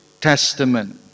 Testament